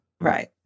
Right